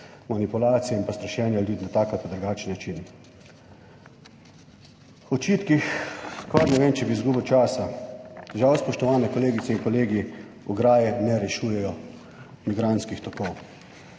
manipulacije in pa strašenje ljudi na tak ali drugačen način. O očitkih skoraj ne vem, če bi izgubil časa, žal, spoštovane kolegice in kolegi, ograje ne rešujejo migrantskih tokov.